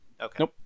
okay